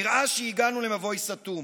נראה שהגענו למבוי סתום.